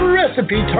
recipe